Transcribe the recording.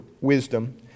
wisdom